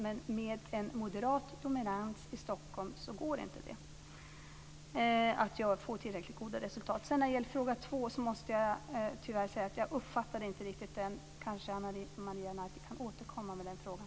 Men med en moderat dominans i Stockholm går det inte att få tillräckligt goda resultat. Tyvärr uppfattade jag inte riktigt den andra frågan. Kanske Ana Maria Narti kan upprepa den.